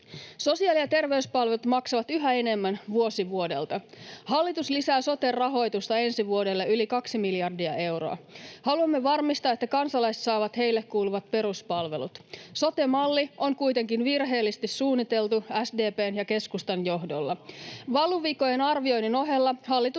Sosiaali- ja terveyspalvelut maksavat yhä enemmän vuosi vuodelta. Hallitus lisää soten rahoitusta ensi vuodelle yli kaksi miljardia euroa. Haluamme varmistaa, että kansalaiset saavat heille kuuluvat peruspalvelut. Sote-malli on kuitenkin virheellisesti suunniteltu SDP:n ja keskustan johdolla. Valuvikojen arvioinnin ohella hallitus